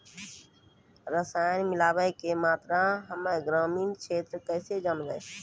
रसायन मिलाबै के मात्रा हम्मे ग्रामीण क्षेत्रक कैसे जानै?